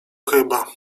chyba